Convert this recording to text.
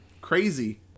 crazy